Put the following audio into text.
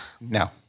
No